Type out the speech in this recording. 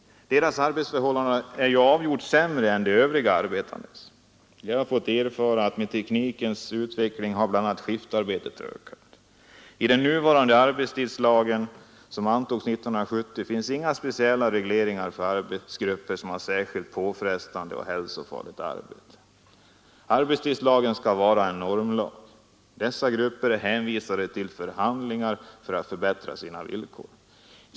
Deras arbetsförhållanden är avgjort sämre än övriga arbetares. De har fått erfara att med teknikens utveckling har bl.a. skiftarbetet ökat. I den nuvarande arbetstidslagen, som antogs 1970, finns inga speciella regleringar för arbetargrupper som har särskilt påfrestande och hälsofarligt arbete. Arbetstidslagen skall vara en normlag, men dessa grupper är hänvisade till förhandlingar för att förbättra sina villkor.